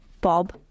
Bob